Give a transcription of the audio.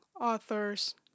authors